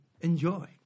Enjoy